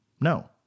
No